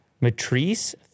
Matrice